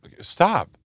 Stop